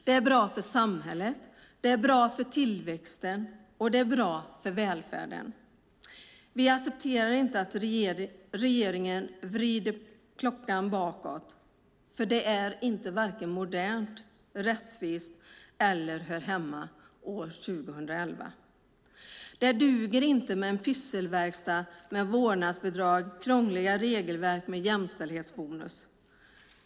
Det är bra för samhället, det är bra för tillväxten, och det är bra för välfärden. Vi accepterar inte att regeringen vrider klockan bakåt för det är inte modernt och rättvist, och det hör inte hemma år 2011. Det duger inte med en pysselverkstad med vårdnadsbidrag och krångliga regelverk med jämställdhetsbonus.